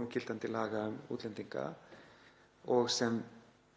núgildandi laga um útlendinga og sem